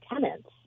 tenants